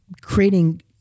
creating